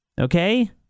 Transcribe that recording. Okay